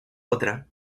otra